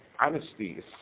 honesty